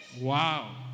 Wow